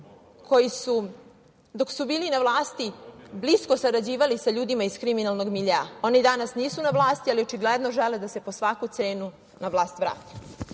koji su dok su bili na vlasti blisko sarađivali sa ljudima iz kriminalnog miljea. Oni danas nisu na vlasti, ali očigledno žele da se po svaku cenu na vlast vrate.